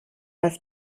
das